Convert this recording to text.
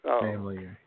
family